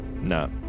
No